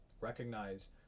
recognize